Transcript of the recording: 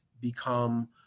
become